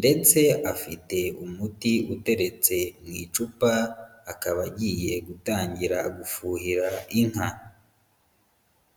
ndetse afite umuti uteretse mu icupa, akaba agiye gutangira gufuhira inka.